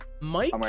Mike